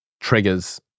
Triggers